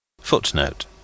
Footnote